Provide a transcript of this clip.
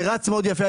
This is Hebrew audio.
זה רץ מאוד יפה.